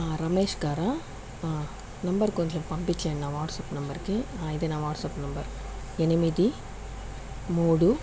రమేష్ గారా నంబర్ కొంచెం పంపించండి నా వాట్సాప్ నెంబర్కి ఇదే నా వాట్సాప్ నంబర్ ఎనిమిది మూడు